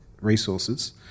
resources